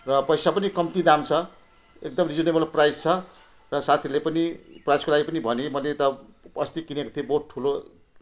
र पैसा पनि कम्ती दाम छ एकदम रिजनेबल प्राइज छ र साथीले पनि प्राइजको लागि पनि भने मैले त अस्ति किनेको थिएँ बहुत ठुलो